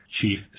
Chief